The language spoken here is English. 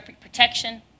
protection